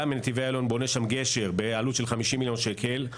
שם נתיבי איילון בונים גשר בעלות של 50 מיליון ₪,